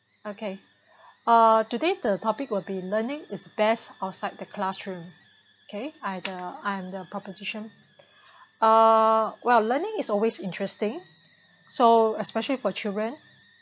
okay ah today the topic will be learning is best outside the classroom okay I the I'm the proposition uh well learning is always interesting so especially for children